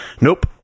Nope